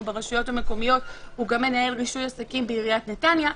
ברשויות המקומיות הוא גם מנהל רישוי עסקים בעירית נתניה.